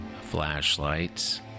Flashlights